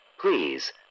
please